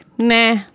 Nah